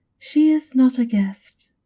she is not a guest,